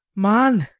man!